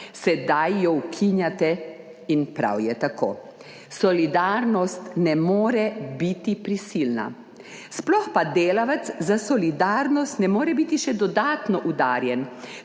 Sedaj jo ukinjate in prav je tako. Solidarnost ne more biti prisilna, sploh pa delavec za solidarnost ne more biti še dodatno udarjen,